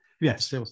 yes